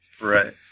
Right